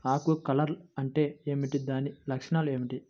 ఆకు కర్ల్ అంటే ఏమిటి? దాని లక్షణాలు ఏమిటి?